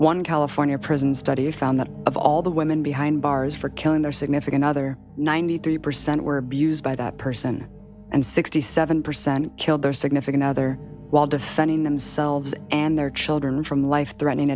one california prison study found that of all the women behind bars for killing their significant other ninety three percent were abused by that person and sixty seven percent killed their significant other while did finding themselves and their children from life threatening